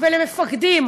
ולחיילים ולמפקדים: